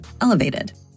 elevated